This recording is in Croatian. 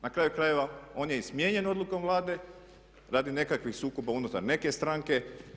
Na kraju krajeva on je i smijenjen odlukom Vlade radi nekakvih sukoba unutar neke stranke.